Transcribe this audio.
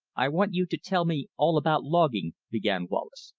i want you to tell me all about logging, began wallace.